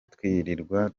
twirirwa